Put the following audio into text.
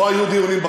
לא היו דיונים,